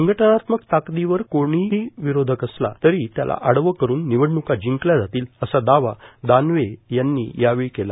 संघटनात्मक ताकदीवर समोर कोणीही विरोधक असला तरी त्याला आडवं करून निवडणुका जिंकल्या जातील असा दावा दानवे यांनी केला